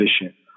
efficient